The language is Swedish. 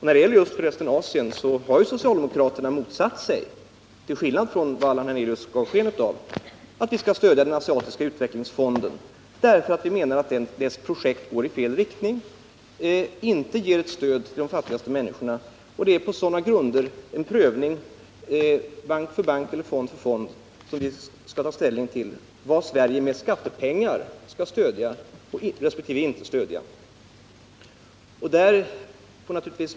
När det gäller Asien har socialdemokraterna — till skillnad från vad Allan Hernelius gav sken av — motsatt sig att Sverige skall stödja Asiatiska utvecklingsfonden. Vi menar att dess projekt går i fel riktning och inte ger stöd till de fattigaste människorna. På sådana grunder skall vi genom en prövning bank för bank eller fond för fond ta ställning till vad Sverige med skattepengar skall stödja.